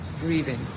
grieving